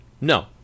No